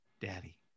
daddy